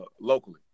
locally